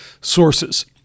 sources